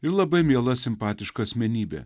ir labai miela simpatiška asmenybė